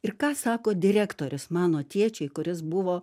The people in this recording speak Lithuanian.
ir ką sako direktorius mano tėčiui kuris buvo